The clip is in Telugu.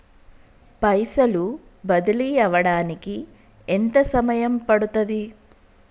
పైసలు బదిలీ అవడానికి ఎంత సమయం పడుతది?